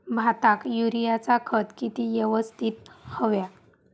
भाताक युरियाचा खत किती यवस्तित हव्या?